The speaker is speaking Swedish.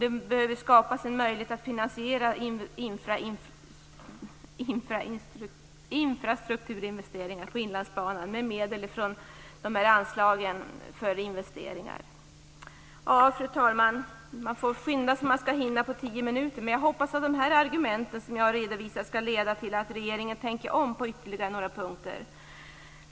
Det behöver skapas en möjlighet att finansiera infrastrukturinvesteringar på Inlandsbanan med medel från anslagen för investeringar. Fru talman! Man får skynda sig för att på tio minuter hinna säga det som skall sägas, men jag hoppas att de argument som jag har redovisat skall leda till att regeringen tänker om på ytterligare några punkter.